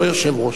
לא יושב-ראש,